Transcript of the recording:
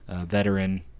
veteran